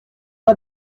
pas